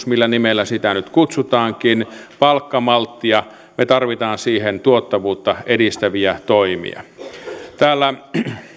millä nimellä sitä nyt kutsutaankin palkkamalttia me tarvitsemme siihen tuottavuutta edistäviä toimia täällä